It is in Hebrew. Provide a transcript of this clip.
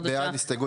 מי בעד הסתייגות?